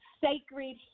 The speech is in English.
sacred